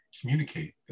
communicate